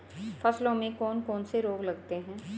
फसलों में कौन कौन से रोग लगते हैं?